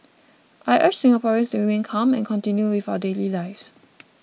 I urge Singaporeans to remain calm and continue with our daily lives